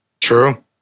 True